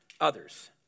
others